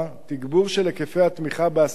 תגבור של היקפי התמיכה בהשמה,